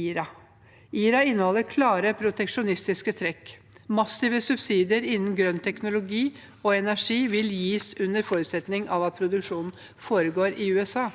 IRA inneholder klare proteksjonistiske trekk. Massive subsidier innen grønn teknologi og energi vil gis under forutsetning av at produksjonen foregår i USA.